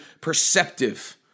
perceptive